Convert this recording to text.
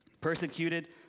persecuted